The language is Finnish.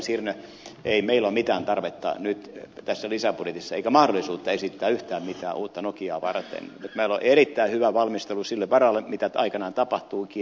sirnö ei meillä nyt tässä lisäbudjetissa ole mitään tarvetta eikä mahdollisuutta esittää yhtään mitään uutta nokiaa varten meillä on erittäin hyvä valmistelu sille varalle mitä aikanaan tapahtuukin